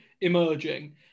emerging